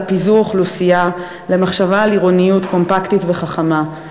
פיזור אוכלוסייה למחשבה על עירוניות קומפקטית וחכמה,